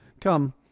Come